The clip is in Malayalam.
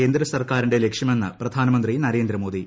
കേന്ദ്രസർക്കാരിന്റെ ലക്ഷ്യമെന്ന് പ്രധാനമന്ത്രി നരേന്ദ്രമോദി